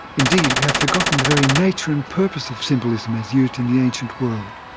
indeed we have forgotten the very nature and purpose of symbolism as used in the ancient world.